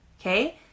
Okay